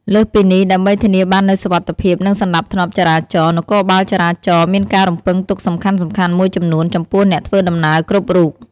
លើសពីនេះ ដើម្បីធានាបាននូវសុវត្ថិភាព និងសណ្តាប់ធ្នាប់ចរាចរណ៍ នគរបាលចរាចរណ៍មានការរំពឹងទុកសំខាន់ៗមួយចំនួនចំពោះអ្នកធ្វើដំណើរគ្រប់រូប។